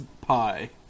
pie